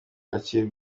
akiri